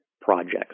projects